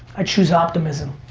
i choose optimism.